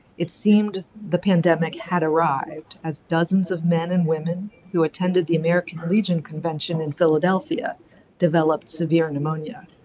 it seemed the pandemic had arrived, as dozens of men and women who attended the american legion convention in philadelphia developed severe pneumonia.